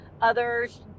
Others